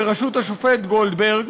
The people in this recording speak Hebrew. בראשות השופט גולדברג,